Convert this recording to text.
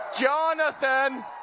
Jonathan